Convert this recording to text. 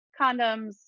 condoms